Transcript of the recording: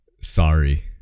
Sorry